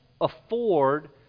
afford